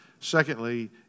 Secondly